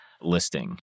listing